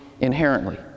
inherently